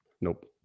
Nope